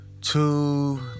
Two